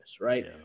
right